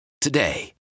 today